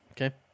Okay